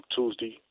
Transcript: Tuesday